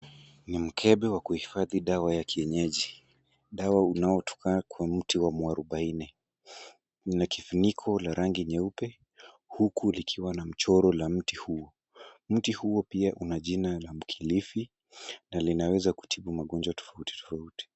Ni mkebe wa kuhifadhi dawa ya kienyeji. Dawa unaotokana kwa mti wa mwarobaine. Ina kifuniko la rangi nyeupe huku likiwa na mchoro la mti huo. Mti huo pia una jina wa mkilifi na linaweza kutibu magonjwa tofauti tofauti .